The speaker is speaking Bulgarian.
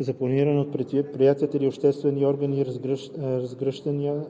за планираните от предприятия или обществени органи разгръщания